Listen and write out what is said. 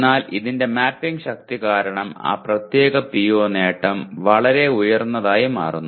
എന്നാൽ അതിന്റെ മാപ്പിംഗ് ശക്തി കാരണം ആ പ്രത്യേക PO നേട്ടം വളരെ ഉയർന്നതായി മാറുന്നു